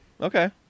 Okay